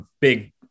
big